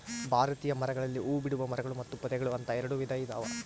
ಭಾರತೀಯ ಮರಗಳಲ್ಲಿ ಹೂಬಿಡುವ ಮರಗಳು ಮತ್ತು ಪೊದೆಗಳು ಅಂತ ಎರೆಡು ವಿಧ ಇದಾವ